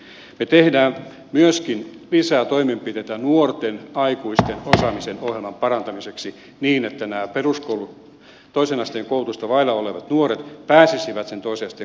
me teemme myöskin lisää toimenpiteitä nuorten aikuisten osaamisen ohjelman parantamiseksi niin että nämä toisen asteen koulutusta vailla olevat nuoret pääsisivät sen toisen asteen koulutuksen piiriin